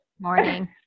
morning